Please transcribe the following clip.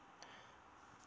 attract